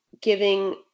giving